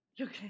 okay